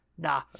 Nah